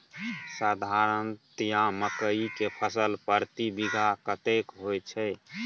साधारणतया मकई के फसल प्रति बीघा कतेक होयत छै?